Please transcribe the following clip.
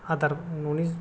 आदार न'नि